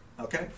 Okay